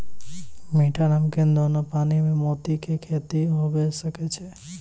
मीठा, नमकीन दोनो पानी में मोती के खेती हुवे सकै छै